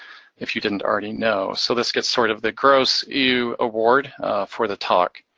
if you didn't already know. so this gets sort of the gross, eww award for the talk.